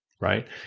right